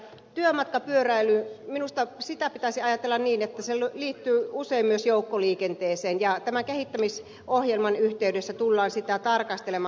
työmatkapyöräilyä minusta pitäisi ajatella niin että se liittyy usein myös joukkoliikenteeseen ja tämän kehittämisohjelman yhteydessä tullaan sitä tarkastelemaan